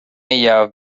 ella